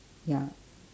ya